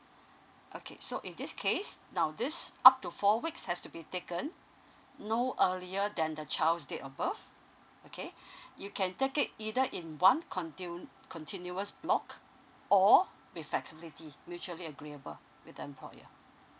okay so in this case now this up to four weeks has to be taken no earlier than the child date of birth okay you can take it either in one conti~ continuous block or with flexibility mutually agreeable with the employer